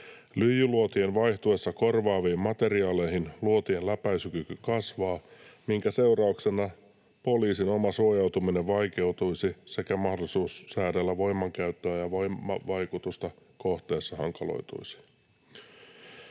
Lyijyluotien vaihtuessa korvaaviin materiaaleihin luotien läpäisykyky kasvaa, minkä seurauksena poliisin oma suojautuminen vaikeutuisi ja mahdollisuus säädellä voimankäyttöä ja voimavaikutusta kohteessa hankaloituisi.